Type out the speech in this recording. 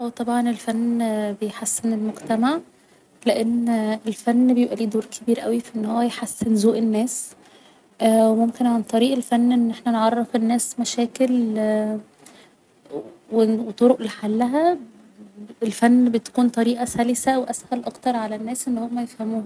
اه طبعا الفن بيحسن المجتمع لان الفن بيبقى ليه دور كبير اوي في ان هو يحسن ذوق الناس و ممكن عن طريق الفن ان احنا نعرف الناس مشاكل و طرق لحلها بالفن بتكون طريقة سلسة و اسهل اكتر على الناس ان هما يفهموها